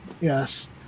yes